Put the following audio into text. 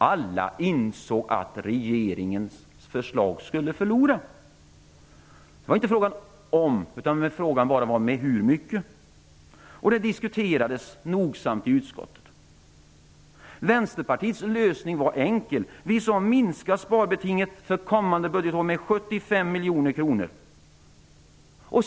Alla insåg att regeringens förslag skulle förlora. Frågan var inte om man skulle förlora, utan med hur mycket. Detta diskuterades nogsamt i utskottet. Vänsterpartiets lösning var enkel. Vi sade att man skulle minska sparbetinget för kommande budgetår med 75 miljoner kronor.